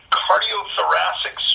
cardiothoracic